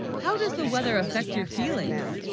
how does the weather affect. your feelings